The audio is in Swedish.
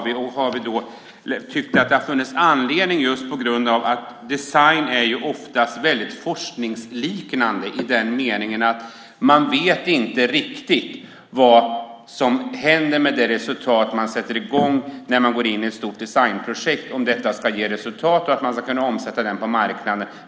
Vi har tyckt att det har funnits anledning till det just på grund av att design oftast är väldigt forskningsliknande i den meningen att man inte riktigt vet vad som händer när man går in i ett stort designprojekt, om det ska ge resultat och om man ska kunna omsätta det på marknaden.